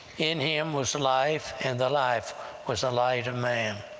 in him was life and the life was the light of men.